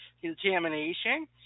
contamination